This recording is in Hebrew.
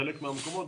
בחלק מהמקומות,